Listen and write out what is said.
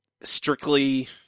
strictly